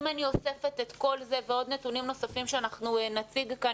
אם אני אוספת את כל זה ועוד נתונים נוספים שאנחנו נציג כאן,